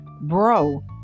Bro